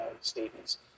statements